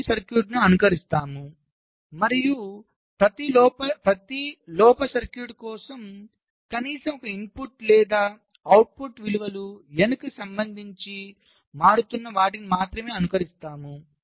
మనము మంచి సర్క్యూట్ను అనుకరిస్తాము మరియు ప్రతి లోపసర్క్యూట్ కోసం కనీసం ఒక ఇన్పుట్ లేదా అవుట్పుట్ విలువలు N కి సంబంధించి మారుతున్న వాటిని మాత్రమే అనుకరిస్తాము